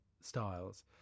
styles